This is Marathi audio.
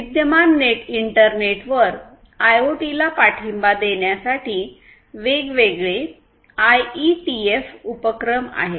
विद्यमान इंटरनेटवर आयओटीला पाठिंबा देण्यासाठी वेगवेगळे आयईटीएफ उपक्रम आहेत